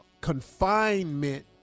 confinement